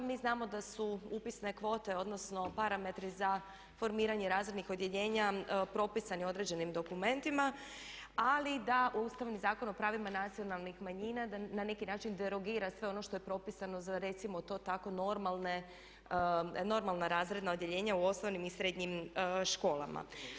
Mi znamo da su upisne kvote odnosno parametri za formiranje razrednih odjeljenja propisani određenim dokumentima, ali da Ustavni zakon o pravima nacionalnih manjina na neki način derogira sve ono što je propisano za recimo to tako "normalna" razredna odjeljenja u osnovnim i srednjim školama.